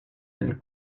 del